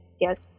Yes